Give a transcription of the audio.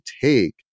take